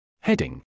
Heading